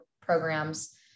programs